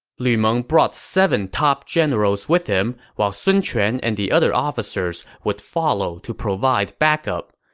meng brought seven top generals with him, while sun quan and the other officers would follow to provide backup.